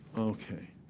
ok.